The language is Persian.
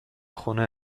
خونه